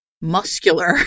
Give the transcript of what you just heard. muscular